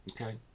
Okay